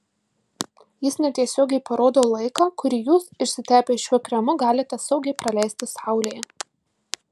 jis netiesiogiai parodo laiką kurį jūs išsitepę šiuo kremu galite saugiai praleisti saulėje